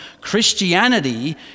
Christianity